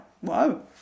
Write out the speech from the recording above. whoa